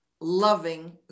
loving